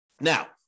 Now